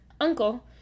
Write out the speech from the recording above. Uncle